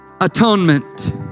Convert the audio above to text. atonement